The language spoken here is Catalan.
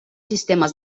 sistemes